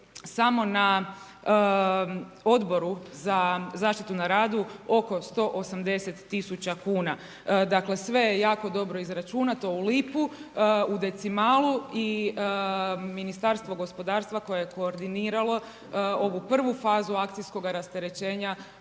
samo na Odboru za zaštitu na radu oko 180 000 kuna. Dakle sve je jako dobro izračunato u lipu, u decimalu i Ministarstvo gospodarstva koje je koordiniralo ovu prvu fazu akcijskoga rasterećenja,